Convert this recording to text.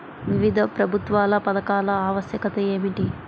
వివిధ ప్రభుత్వా పథకాల ఆవశ్యకత ఏమిటి?